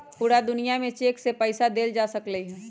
पूरा दुनिया में चेक से पईसा देल जा सकलई ह